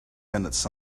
minutes